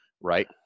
right